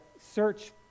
search